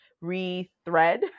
re-thread